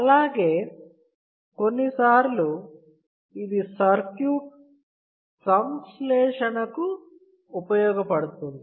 అలాగే కొన్నిసార్లు ఇది సర్క్యూట్ సంశ్లేషణకు ఉపయోగపడుతుంది